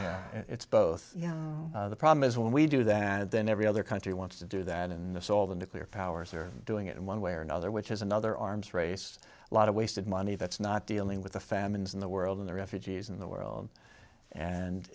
power it's both the problem is when we do that then every other country wants to do that in this all the nuclear powers are doing it in one way or another which is another arms race lot of wasted money that's not dealing with the famines in the world in the refugees in the world and